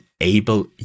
able